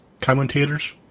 commentators